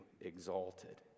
exalted